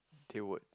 can work